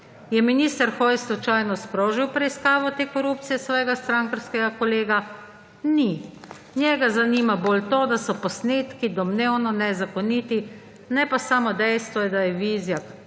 Je minister Hojs slučajno sprožil preiskavo te korupcije svojega strankarskega kolega? Ni! Njega zanima bolj to, da so posnetki domnevno nezakoniti, ne pa samo dejstvo, da je Vizjak